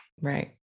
Right